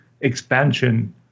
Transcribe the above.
expansion